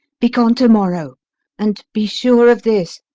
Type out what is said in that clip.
be gone to-morrow and be sure of this,